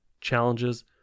challenges